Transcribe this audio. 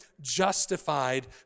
justified